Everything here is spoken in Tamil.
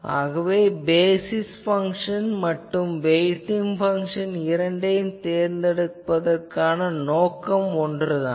ஆகவே பேசிஸ் பங்ஷன் மற்றும் வெய்ட்டிங் பங்ஷன் இரண்டையும் தேர்ந்தெடுப்பதற்கான நோக்கம் ஒன்றுதான்